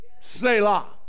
Selah